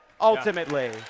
ultimately